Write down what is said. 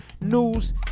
news